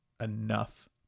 enough